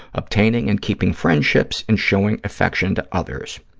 obtaining and keeping friendships and showing affection to others.